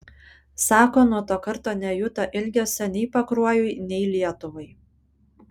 sako nuo to karto nejuto ilgesio nei pakruojui nei lietuvai